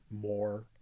more